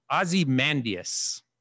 Ozymandias